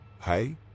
Hey